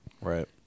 right